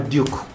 Duke